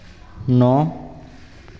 नौ